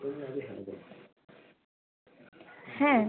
হ্যাঁ